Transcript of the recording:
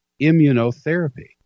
immunotherapy